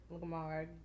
Lamar